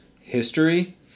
history